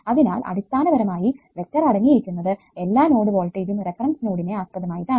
അതിനാൽ അടിസ്ഥാനപരമായി വെക്ടർ അടങ്ങിയിരിക്കുന്നത് എല്ലാ നോഡ് വോൾട്ടേജും റഫറൻസ് നോഡിനെ ആസ്പദമായിട്ടാണ്